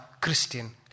Christian